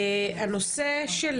הנושא של